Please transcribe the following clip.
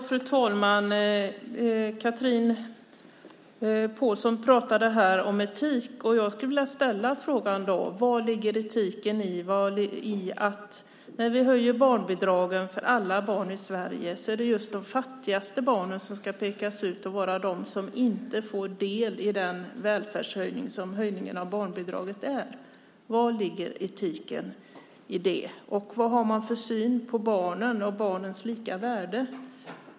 Fru talman! Chatrine Pålsson Ahlgren pratade om etik, och jag skulle vilja ställa frågan: Var ligger etiken i att när vi höjer barnbidraget för alla barn i Sverige är det just de fattigaste barnen som ska pekas ut och vara de som inte får del av den välfärdshöjning som höjningen av barnbidraget är? Var ligger etiken i det? Vad har man för syn på barnen och barnens lika värde?